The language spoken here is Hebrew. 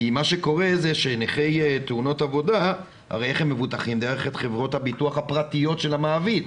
נכי תאונות עבודה מבוטחים דרך חברות הביטוח הפרטיות של המעביד.